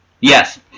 Yes